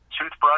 toothbrush